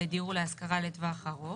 לדיור להשכרה לטווח ארוך,